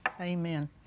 Amen